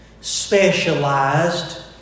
Specialized